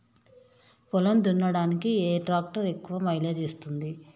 పొలం దున్నడానికి ఏ ట్రాక్టర్ ఎక్కువ మైలేజ్ ఇస్తుంది?